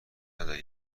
نداری